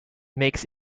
makes